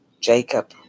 Jacob